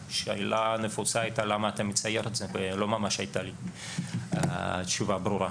והשאלה נפוצה הייתה למה אתה מצייר את זה אבל לא הייתה לי תשובה ברורה.